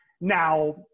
now